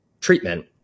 treatment